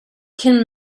can